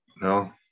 No